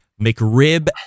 McRib